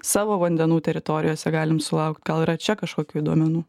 savo vandenų teritorijose galim sulaukt gal yra čia kažkokių duomenų